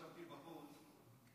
ישבתי בחוץ,